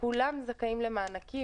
כולם זכאים למענקים.